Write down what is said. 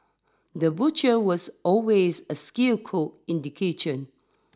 the butcher was always a skilled cook in the kitchen